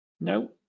No